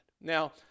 Now